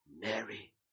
Mary